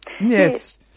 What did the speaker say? yes